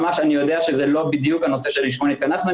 אני יודע שזה לא בדיוק הנושא שלשמו התכנסנו אבל